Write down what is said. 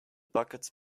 buckets